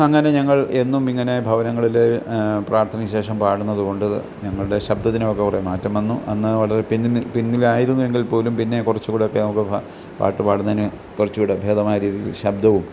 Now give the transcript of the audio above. അങ്ങനെ ഞങ്ങൾ എന്നും ഇങ്ങനെ ഭവനങ്ങളിൽ പ്രാർത്ഥനയ്ക്ക് ശേഷം പാടുന്നത് കൊണ്ട് ഞങ്ങളുടെ ശബ്ദത്തിന് ഒന്നുകൂടെ മാറ്റം വന്നു അന്ന് ഞങ്ങൾ പിന്നിൽ പിന്നിലായിരുന്നുവെങ്കിൽ പോലും പിന്നെ കുറച്ചു കൂടെയൊക്കെ നമുക്ക് പാട്ടു പാടുന്നതിന് കുറച്ചു കൂടെ ഭേദമായ രീതിയിൽ ശബ്ദവും